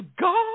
God